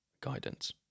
guidance